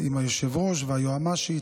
עם היושב-ראש והיועמ"שית.